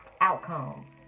outcomes